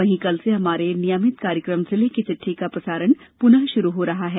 वहीं कल से हमारे नियमित कार्यक्रम जिले की चिट्ठी का प्रसारण पुनः शुरू हो रहा है